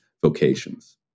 vocations